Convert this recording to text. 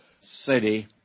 city